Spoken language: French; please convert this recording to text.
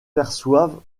perçoivent